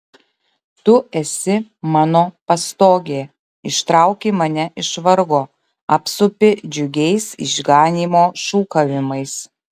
tu esi mano pastogė ištrauki mane iš vargo apsupi džiugiais išganymo šūkavimais